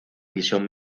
visión